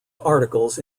articles